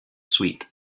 sweet